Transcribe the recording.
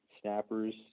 snappers